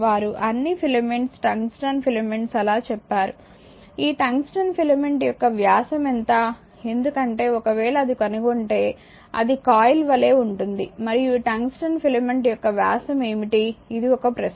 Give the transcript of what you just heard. వారు అన్ని filaments tungsten filaments అలా చెప్తారు ఈ టంగ్స్టన్ ఫిలమెంట్ యొక్క వ్యాసం ఎంత ఎందుకంటే ఒకవేళ అది కనుగొంటే అది కాయిల్ వలే ఉంటుంది మరియు ఈ టంగ్స్టన్ ఫిలమెంట్ యొక్క వ్యాసం ఏమిటి ఇది ఒక ప్రశ్న